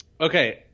Okay